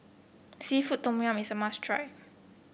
seafood Tom Yum is a must try